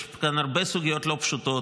יש כאן הרבה סוגיות לא פשוטות,